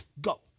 go